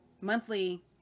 monthly